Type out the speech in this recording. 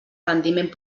rendiment